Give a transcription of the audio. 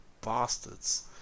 bastards